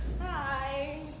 Hi